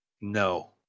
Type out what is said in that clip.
no